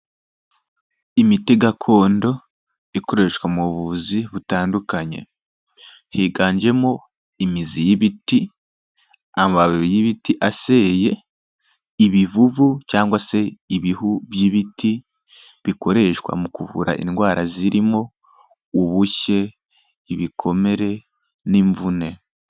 Imiti gakondo ikoreshwa mu buvuzi butandukanye, higanjemo imizi y'ibiti, amababi y'ibiti aseye, ibivuvu cyangwa se ibihu by'ibiti, bikoreshwa mu kuvura indwara zirimo, ubushye, ibikomere, n'imvune.